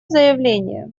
заявление